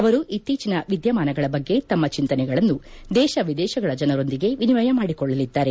ಅವರು ಇತ್ತೀಚಿನ ವಿದ್ಯಮಾನಗಳ ಬಗ್ಗೆ ತಮ್ಮ ಚಿಂತನೆಗಳನ್ನು ದೇಶ ವಿದೇಶಗಳ ಜನರೊಂದಿಗೆ ವಿನಿಮಯ ಮಾಡಿಕೊಳ್ಳಲಿದ್ದಾರೆ